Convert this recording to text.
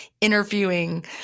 interviewing